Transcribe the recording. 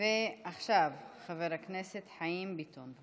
ועכשיו חבר הכנסת חיים ביטון.